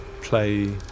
play